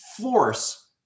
force